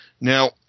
Now